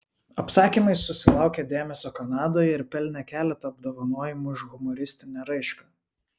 apsakymai susilaukė dėmesio kanadoje ir pelnė keletą apdovanojimų už humoristinę raišką